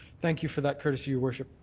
thank you for that courtesy, your worship.